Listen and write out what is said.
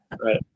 Right